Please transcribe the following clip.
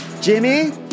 jimmy